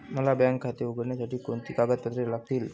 मला बँक खाते उघडण्यासाठी कोणती कागदपत्रे लागतील?